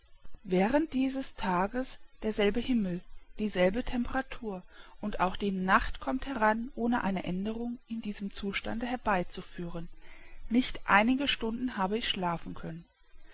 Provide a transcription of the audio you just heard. während dieses tages derselbe himmel dieselbe temperatur und auch die nacht kommt heran ohne eine aenderung in diesem zustande herbei zu führen nicht einige stunden habe ich schlafen können